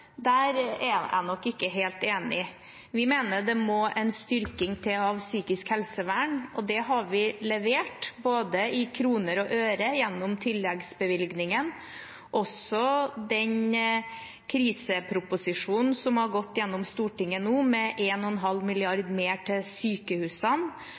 Der er jeg nok ikke helt enig. Vi mener det må en styrking til av psykisk helsevern, og det har vi levert både i kroner og øre gjennom tilleggsbevilgningen, også gjennom den kriseproposisjonen som har gått gjennom Stortinget nå, med